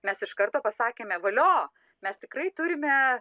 mes iš karto pasakėme valio mes tikrai turime